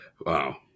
Wow